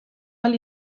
ahal